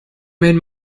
made